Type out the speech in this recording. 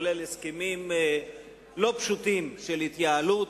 ובהם גם הסכמים לא פשוטים של התייעלות.